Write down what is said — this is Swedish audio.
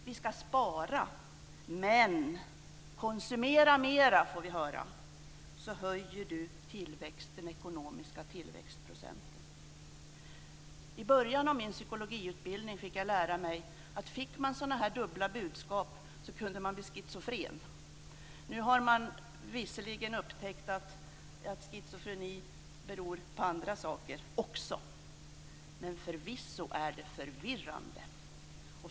Vi ska spara, men vi får höra att vi ska konsumera mera för att höja den ekonomiska tillväxten. I början av min psykologiutbildning fick jag lära mig att man kunde bli schizofren om man fick sådana här dubbla budskap. Nu har man visserligen upptäckt att schizofreni också beror på andra saker, men förvisso är det förvirrande.